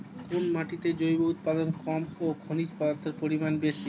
কোন মাটিতে জৈব উপাদান কম ও খনিজ পদার্থের পরিমাণ বেশি?